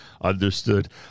Understood